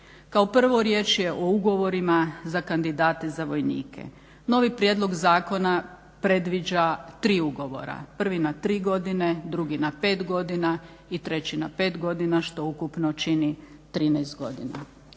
Kao prvo riječ je o ugovorima za kandidate za vojnike. Novi prijedlog zakona predviđa 3 ugovora, prvi na 3 godine, drugi na 5 godina i treći na 5 godina što ukupno čini 13 godina